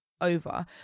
over